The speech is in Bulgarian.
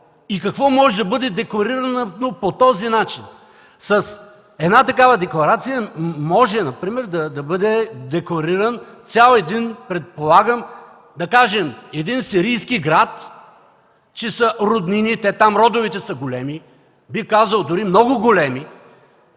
и какво може да бъде декларирано по този начин?! С една такава декларация може например да бъде деклариран цял един сирийски град, че са роднини. Там родовете са големи, бих казал, дори много големи.